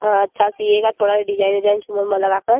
हाँ अच्छा सिएगा थोड़ा डिजाइन ओजाइन छूमा ऊमा लगाकर